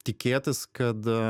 tikėtis kad